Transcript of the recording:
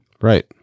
right